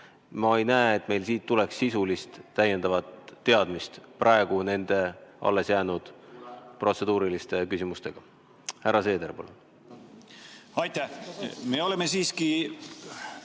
Ma ei näe, et meil siit tuleks sisulist täiendavat teadmist praegu nende alles jäänud protseduuriliste küsimustega. Härra Seeder, palun! Aitäh! Me oleme siiski